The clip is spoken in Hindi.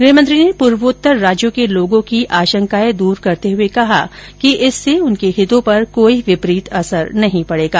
गृहमंत्री र्न पूर्वोत्तर राज्यों के लोगों की आशंकाएं दूर करते हुए कहा कि इससे उनके हितों पर कोई विपरीत असर नहीं पड़ेगा